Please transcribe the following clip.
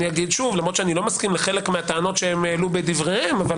למרות שאיני מסכים לחלק מהטענות שהעלו בדבריהם אבל